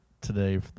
today